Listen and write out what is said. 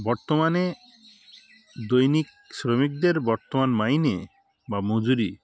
বর্তমানে দৈনিক শ্রমিকদের বর্তমান মাইনে বা মজুরি